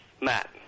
Matt